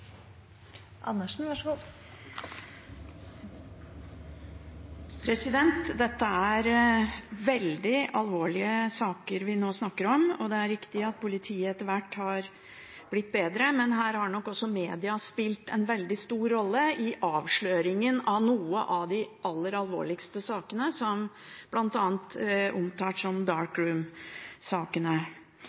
veldig alvorlige saker som vi nå snakker om. Det er riktig at politiet etter hvert har blitt bedre, men her har nok også media spilt en veldig stor rolle, i avsløringen av noen av de aller alvorligste sakene, bl.a. de som er omtalt som